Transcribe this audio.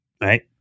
right